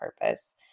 purpose